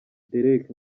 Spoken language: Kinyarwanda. derek